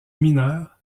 mineur